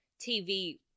TV